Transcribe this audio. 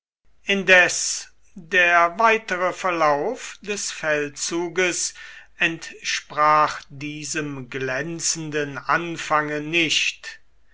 indes der weitere verlauf des feldzuges entsprach diesem glänzenden anfange nicht